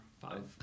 Five